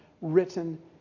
written